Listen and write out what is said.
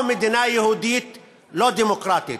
או מדינה יהודית לא דמוקרטית.